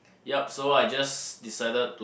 yep so I just decided to